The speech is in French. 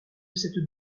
cette